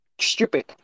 stupid